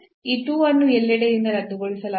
ಈ 2 ಅನ್ನು ಎಲ್ಲೆಡೆಯಿಂದ ರದ್ದುಗೊಳಿಸಲಾಗುತ್ತದೆ